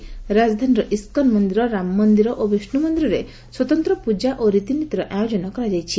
ରାକଧାନୀର ISKCON ମନ୍ଦିର ରାମମନ୍ଦିର ଓ ବିଷ୍ଷୁ ମନ୍ଦିରରେ ସ୍ୱତନ୍ତ ପ୍ରକା ଓ ରୀତିନୀତିର ଆୟୋଜନ କରାଯାଇଛି